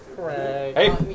Hey